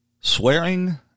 swearing